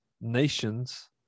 nations